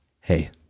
Hey